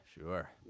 sure